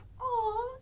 Aw